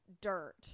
dirt